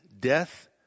Death